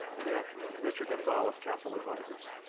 good afternoon. richard gonzales, capital advisors.